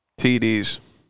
TDs